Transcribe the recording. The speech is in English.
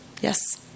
Yes